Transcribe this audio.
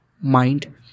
mind